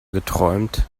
geträumt